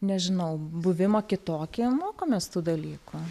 nežinau buvimą kitokiem mokomės tų dalykų